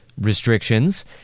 restrictions